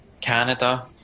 Canada